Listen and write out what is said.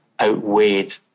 outweighed